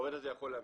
העובד יכול להמשיך,